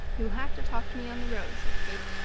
you'll have to talk to me on the road, said kate.